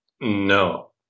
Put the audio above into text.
No